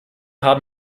haben